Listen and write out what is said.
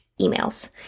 emails